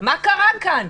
מה קרה כאן?